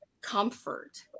comfort